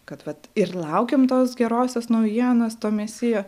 kad vat ir laukiam tos gerosios naujienos to mesijo